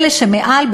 אלה שמעל,